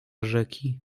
rzeki